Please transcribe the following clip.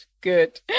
good